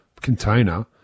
container